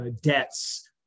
debts